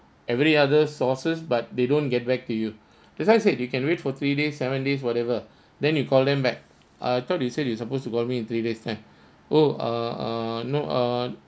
every other sources but they don't get back to you that's why I said you can wait for three days seven days whatever then you call them back I thought you said you supposed to call me in three days' time oh err err no err